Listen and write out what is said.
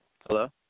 Hello